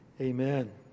amen